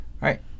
right